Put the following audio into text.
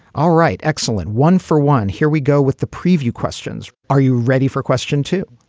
all right. excellent. one for one. here we go with the preview questions. are you ready for question two?